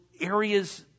areas